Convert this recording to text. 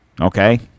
Okay